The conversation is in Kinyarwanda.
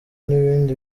n’ibindi